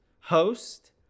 Host